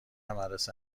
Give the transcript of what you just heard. مدرسه